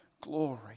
glory